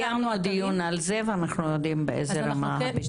וקיימנו דיון על זה ואנחנו יודעים באיזו רמה הביצוע והאכיפה.